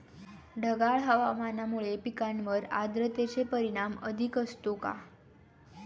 ढगाळ हवामानामुळे पिकांवर आर्द्रतेचे परिणाम अधिक असतो का?